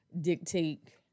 dictate